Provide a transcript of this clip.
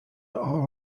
are